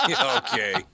Okay